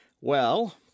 Well